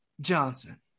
Johnson